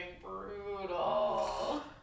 brutal